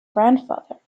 grandfather